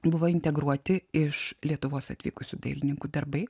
buvo integruoti iš lietuvos atvykusių dailininkų darbai